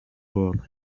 world